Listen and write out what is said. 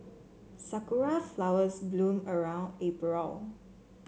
sakura flowers bloom around April